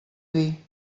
dir